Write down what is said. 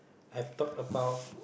I've talked about